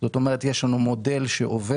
זאת אומר, יש לנו מודל שעובד.